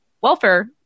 welfare